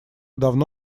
давно